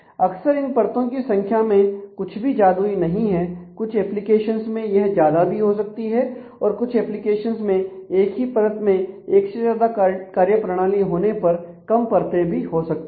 अक्सर इन परतो की संख्या में कुछ भी जादुई नहीं है कुछ एप्लीकेशंस में यह ज्यादा भी हो सकती हैं और कुछ एप्लीकेशंस में एक ही परत में एक से ज्यादा कार्यप्रणाली होने पर कम परते भी हो सकती है